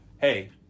Hey